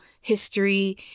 history